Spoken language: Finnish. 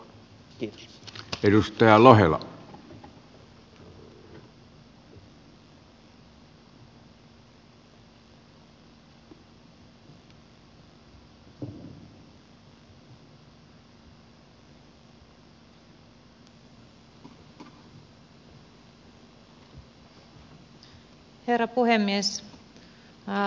herra puhemies